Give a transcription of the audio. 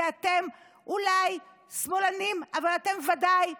כי אתם אולי שמאלנים אבל אתם ודאי ציונים,